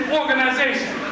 organization